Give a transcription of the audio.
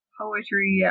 poetry